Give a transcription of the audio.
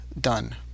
done